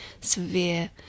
severe